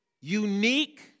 unique